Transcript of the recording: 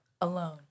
alone